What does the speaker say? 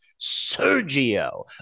Sergio